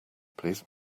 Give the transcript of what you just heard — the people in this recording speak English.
please